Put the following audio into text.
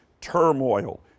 turmoil